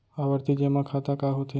आवर्ती जेमा खाता का होथे?